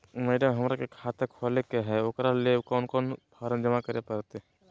Madam, हमरा के खाता खोले के है उकरा ले कौन कौन फारम जमा करे परते?